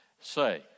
say